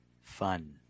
Fun